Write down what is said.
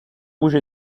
rouge